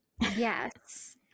Yes